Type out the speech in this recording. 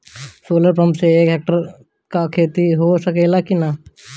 Solar pump से एक hectare क खेती हो सकेला की नाहीं?